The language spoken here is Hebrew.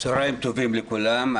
צוהריים טובים לכולם.